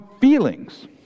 feelings